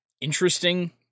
interesting